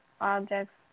objects